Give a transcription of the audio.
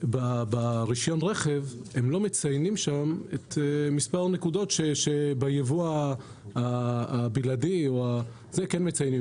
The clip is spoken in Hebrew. ברישיון הרכב הם לא מציינים את מספר הנקודות שבייבוא הבלעדי כן מציינים.